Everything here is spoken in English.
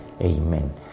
Amen